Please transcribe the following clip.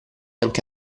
anche